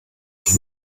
ich